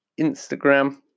Instagram